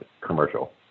commercial